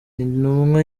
intumwa